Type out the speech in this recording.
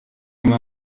comme